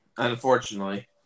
Unfortunately